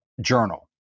journal